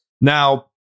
Now